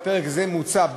בפרק זה מוצע,